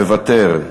מוותר.